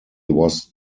was